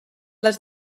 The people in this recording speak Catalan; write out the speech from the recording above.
les